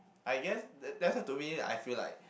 I guess that's why to me I feel like